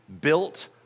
built